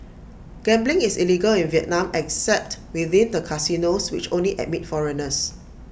gambling is illegal in Vietnam except within the casinos which only admit foreigners